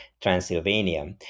Transylvania